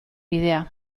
bidea